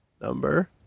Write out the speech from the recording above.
number